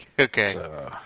Okay